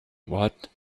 what